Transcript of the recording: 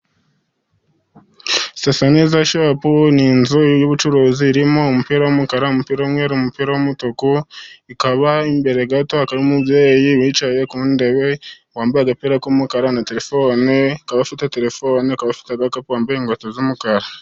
Sasa neza shopu ni inzu y'ubucuruzi irimo umupira w'umukara, umupira w'umweru, umupira w'umutuku. Ikaba imbere gato, hakaba harimo umubyeyi wicaye ku ntebe wambaye agapira k'umukara, na telefone, akaba afite telefone, akaba afite agakapu, wambaye inkweto z'umukara.